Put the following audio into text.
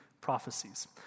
prophecies